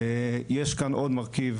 יש כאן עוד מרכיב,